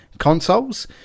consoles